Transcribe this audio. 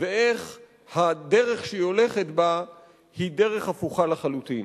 ואיך הדרך שהיא הולכת בה היא דרך הפוכה לחלוטין.